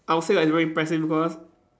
I would say like it's very impressive because